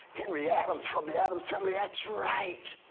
henry adams from the adam's family, that's right.